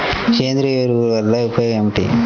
సేంద్రీయ ఎరువుల వల్ల ఉపయోగమేమిటీ?